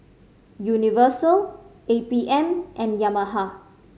Universal A P M and Yamaha